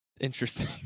Interesting